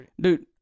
dude